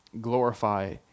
glorify